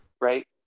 right